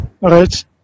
Right